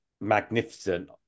magnificent